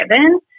given